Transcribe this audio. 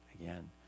Again